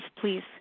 please